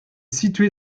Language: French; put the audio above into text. situé